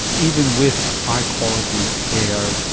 even with high quality care,